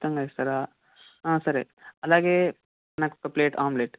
chicken rice కదా సరే అలాగే నాకొక ప్లేట్ ఆమ్లెట్